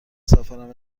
سفرم